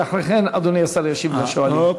ואחרי כן אדוני השר ישיב לשואלים.